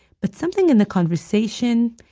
but something in the conversation,